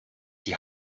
die